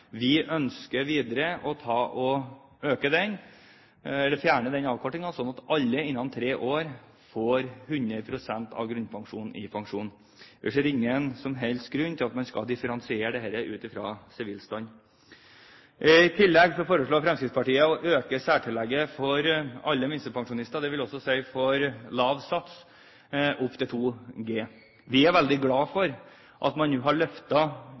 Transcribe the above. Vi ønsker videre å fjerne den avkortningen, slik at alle innen tre år får 100 pst. av grunnbeløpet i pensjon. Vi ser ingen som helst grunn til at man skal differensiere dette ut fra sivilstand. I tillegg foreslår Fremskrittspartiet å øke særtillegget for alle minstepensjonister, det vil også si for lav sats, opp til 2 G. Vi er veldig glad for at man nå har